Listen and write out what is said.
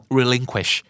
relinquish